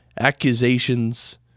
accusations